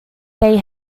they